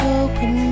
open